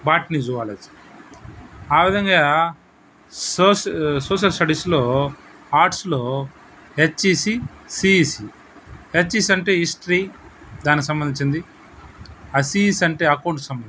botany zoology ఆ విధంగా సోష సోషల్ స్టడీస్లో ఆర్ట్స్లో హెచ్ఈసీ సీఈసీ హెచ్ఈసీ అంటే హిస్టరీ దానికి సంబంధించింది ఆ సీఈసీ అంటే అకౌంట్స్కి సంబంధించింది